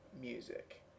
music